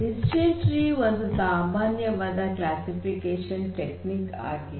decision tree ಒಂದು ಸಾಮಾನ್ಯವಾದ classification technique ಆಗಿದೆ